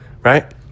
right